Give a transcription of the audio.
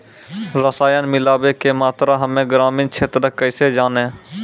रसायन मिलाबै के मात्रा हम्मे ग्रामीण क्षेत्रक कैसे जानै?